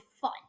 fun